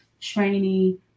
training